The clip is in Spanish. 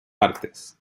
partes